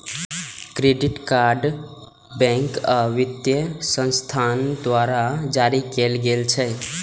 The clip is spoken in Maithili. क्रेडिट कार्ड बैंक आ वित्तीय संस्थान द्वारा जारी कैल जाइ छै